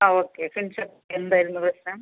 ആ ഓക്കെ സിൻഷ എന്തായിരുന്നു പ്രശ്നം